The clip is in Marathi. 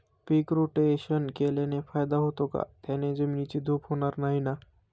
पीक रोटेशन केल्याने फायदा होतो का? त्याने जमिनीची धूप होणार नाही ना?